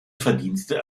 verdienste